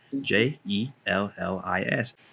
j-e-l-l-i-s